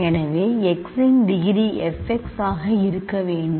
எனவே x இன் degree f x ஆக இருக்க வேண்டும்